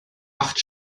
acht